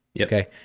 Okay